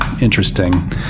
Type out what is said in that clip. interesting